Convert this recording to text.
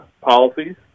policies